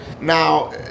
Now